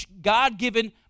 God-given